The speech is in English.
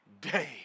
day